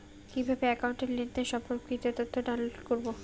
কিভাবে একাউন্টের লেনদেন সম্পর্কিত তথ্য ডাউনলোড করবো?